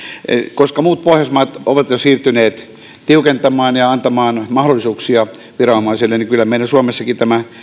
koska muut pohjoismaat ovat jo siirtyneet tiukentamaan ja ja antamaan mahdollisuuksia viranomaisille niin kyllä meillä suomessakin tämä